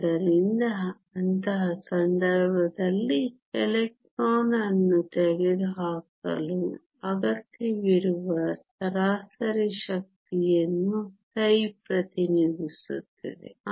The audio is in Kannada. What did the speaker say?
ಆದ್ದರಿಂದ ಅಂತಹ ಸಂದರ್ಭದಲ್ಲಿ ಎಲೆಕ್ಟ್ರಾನ್ ಅನ್ನು ತೆಗೆದುಹಾಕಲು ಅಗತ್ಯವಿರುವ ಸರಾಸರಿ ಶಕ್ತಿಯನ್ನು ψ ಪ್ರತಿನಿಧಿಸುತ್ತದೆ